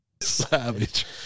Savage